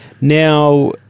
Now